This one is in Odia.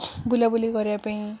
ବୁଲାବୁଲି କରିବା ପାଇଁ